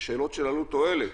בשאלות של עלות-תועלת,